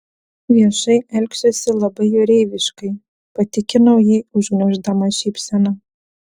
viešai elgsiuosi labai jūreiviškai patikinau jį užgniauždama šypseną